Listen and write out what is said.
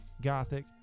gothic